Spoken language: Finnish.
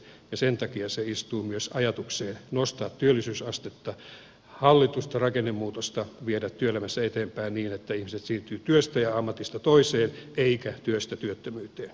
sen takia se istuu myös ajatukseen nostaa työllisyysastetta viedä hallittua rakennemuutosta työelämässä eteenpäin niin että ihmiset siirtyvät työstä ja ammatista toiseen eivätkä työstä työttömyyteen